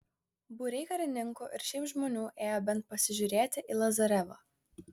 būriai karininkų ir šiaip žmonių ėjo bent pasižiūrėti į lazarevą